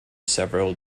several